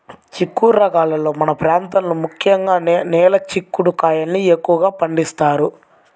చిక్కుడు రకాలలో మన ప్రాంతంలో ముఖ్యంగా నేల చిక్కుడు కాయల్ని ఎక్కువగా పండిస్తారు